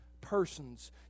persons